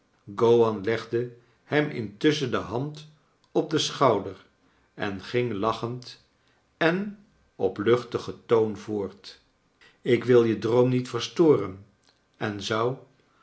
gowan legde hem intusschen de hand op den schouder en ging lachend en op luchtigen toon voort ik wil je droom niet verstoren en zou